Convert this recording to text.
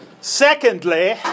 Secondly